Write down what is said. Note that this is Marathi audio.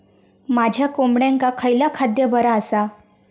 माझ्या कोंबड्यांका खयला खाद्य बरा आसा?